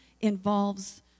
involves